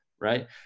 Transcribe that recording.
right